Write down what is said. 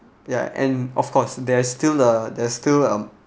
ya and of course there's still uh there's still uh